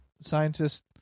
Scientists